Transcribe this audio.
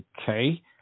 okay